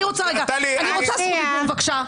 אני רוצה זכות דיבור בבקשה.